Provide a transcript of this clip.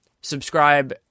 subscribe